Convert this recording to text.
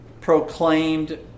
proclaimed